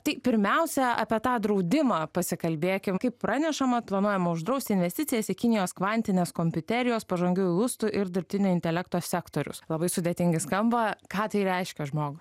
tai pirmiausia apie tą draudimą pasikalbėkim kaip pranešama planuojama uždrausti investicijas į kinijos kvantinės kompiuterijos pažangiųjų lustų ir dirbtinio intelekto sektorius labai sudėtingai skamba ką tai reiškia žmogui